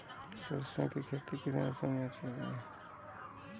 सरसों की खेती किस मौसम में करें?